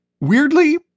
weirdly